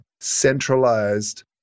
centralized